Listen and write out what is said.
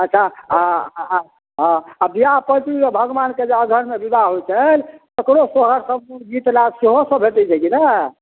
अच्छा आओर आओर हँ अऽ बिआह पञ्चमीमे भगवानके जे अगहनमे बियाह होइ छनि तकरो सोहर सम्पूर्ण गीतनाद सेहो सब भेटै छै कि ने